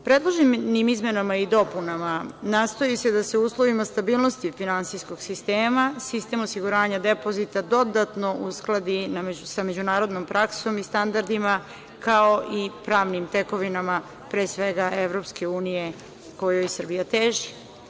Predloženim izmenama i dopunama nastoji se da se u uslovima stabilnosti finansijskog sistema, sistem osiguranja depozita dodatno uskladi sa međunarodnom praskom i standardima, kao i pravnim tekovinama pre svega EU kojoj Srbija teži.